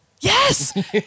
Yes